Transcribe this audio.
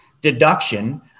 deduction